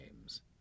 names